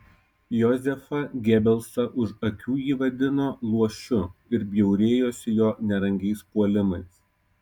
jozefą gebelsą už akių ji vadino luošiu ir bjaurėjosi jo nerangiais puolimais